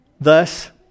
Thus